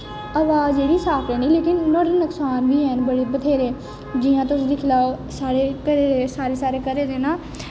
हवा जेह्ड़ी साफ लेकिन नुहाड़े नकसान बी हैन बड़े बत्थेरे जियां तुस दिक्खी लैओ सारे घरें दे सारे सारे घरें दे ना